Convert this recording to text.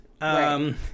Right